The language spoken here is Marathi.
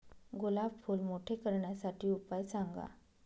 गुलाब फूल मोठे करण्यासाठी उपाय सांगा?